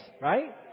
right